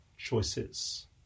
choices